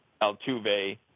Altuve